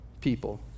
people